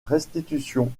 restitution